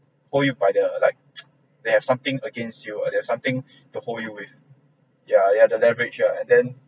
hold you by the like they have something against you or they have something to hold you with yeah you have to leverage lah and then